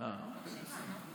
אני מקשיבה.